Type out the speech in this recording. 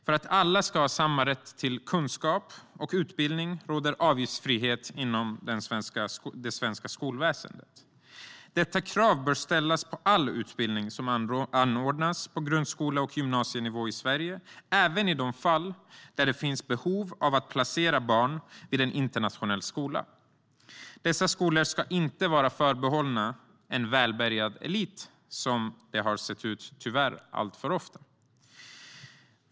För att alla ska ha samma rätt till kunskap och utbildning råder avgiftsfrihet inom det svenska skolväsendet. Det kravet bör ställas på all utbildning som anordnas på grundskole och gymnasienivå i Sverige, även i de fall där det finns behov av att placera barn i en internationell skola. Dessa skolor ska inte vara förbehållna en välbärgad elit, vilket de tyvärr alltför ofta har varit.